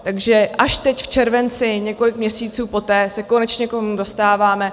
Takže až teď v červenci, několik měsíců poté, se konečně k tomu dostáváme.